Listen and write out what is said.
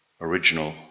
original